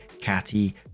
catty